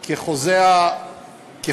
כי חוזה המכר,